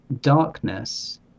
darkness